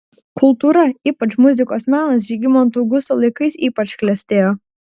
kultūra ypač muzikos menas žygimanto augusto laikais ypač klestėjo